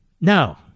No